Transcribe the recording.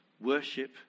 Worship